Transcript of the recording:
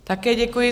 Také děkuji.